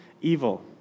evil